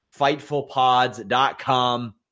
FightfulPods.com